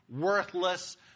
worthless